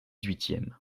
huitième